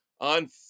on